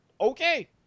Okay